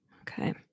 okay